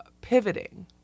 pivoting